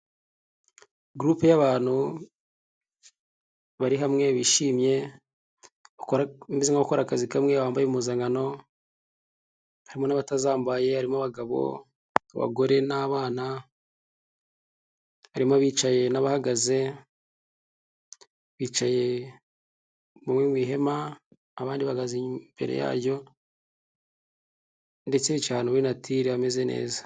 Gurupe y'abantu bari hamwe bishimye bameze nk'abakora akazi kamwe bambaye impuzankano hari n'abatazambaye harimo abagabo, abagore, n'abana barimo abicaye n'abahagaze bicaye mu ihema abandi bahagaze imbere yaryo ndetse bicaye ahantu hari natire hameze neza.